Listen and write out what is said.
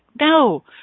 no